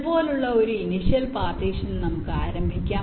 ഇതുപോലുള്ള ഒരു initial partition നമുക്ക് ആരംഭിക്കാം